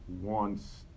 wants